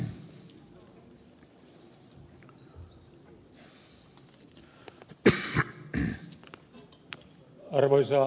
arvoisa puhemies